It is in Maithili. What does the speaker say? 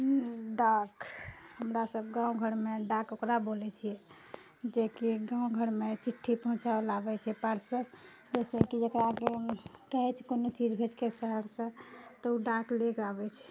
डाक हमरा सभ गाँव घरमे डाक ओकरा बोलै छियै जेकि गाँव घरमे चिट्ठी पहुँचाय लऽ आबैत छै पार्सल जइसे कि जेकरा कि कहैत छै कोनो चीज भेजलकै शहरसँ तऽ ओ डाक लेके आबैत छै